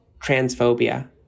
transphobia